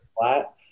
flat